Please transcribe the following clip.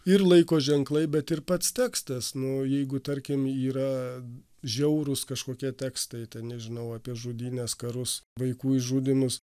ir laiko ženklai bet ir pats tekstas nu jeigu tarkim yra žiaurūs kažkokie tekstai tai nežinau apie žudynes karus vaikų išžudymus